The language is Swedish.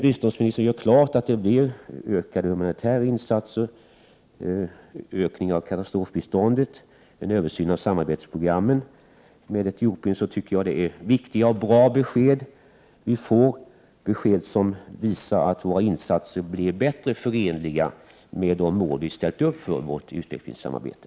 Biståndsministern gör nu klart att det blir en ökning av de humanitära insatserna i Etiopien — en översyn av samarbetsprogrammen och en ökning av katastrofbiståndet. Jag tycker att det är viktiga och bra besked vi får, besked som visar att våra insatser blir mer förenliga med de mål vi ställt upp för vårt utvecklingssamarbete.